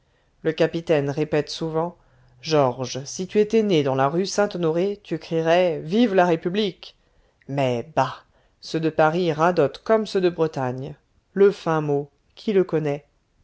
le capitaine répète souvent georges si tu étais né dans la rue saint-honoré tu crierais vive la république mais bah ceux de paris radotent comme ceux de bretagne le fin mot qui le connaît